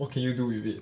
what can you do with it